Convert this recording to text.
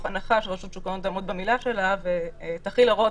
הנחה שרשות שוק ההון תעמוד במילה שלה ותחיל הוראות